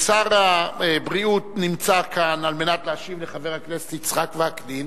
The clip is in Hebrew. שר הבריאות נמצא כאן על מנת להשיב לחבר הכנסת יצחק וקנין,